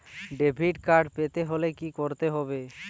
Debit card পেতে হলে কি করতে হবে?